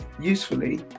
usefully